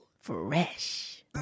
Fresh